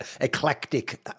eclectic